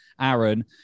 Aaron